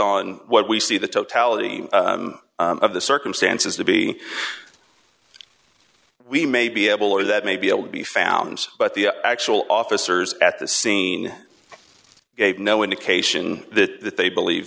on what we see the totality of the circumstances to be we may be able or that may be able to be found but the actual officers at the scene gave no indication that they believe